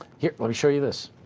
let me show you this.